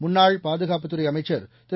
முன்னாள் பாதுகாப்புத்துறை அமைச்சர் திரு